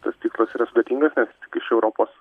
tas tikslas yra sudėtingas nes tik iš europos